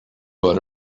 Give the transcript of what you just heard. what